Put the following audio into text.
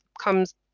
comes